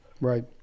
Right